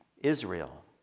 Israel